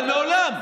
אבל מעולם,